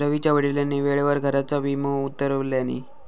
रवीच्या वडिलांनी वेळेवर घराचा विमो उतरवल्यानी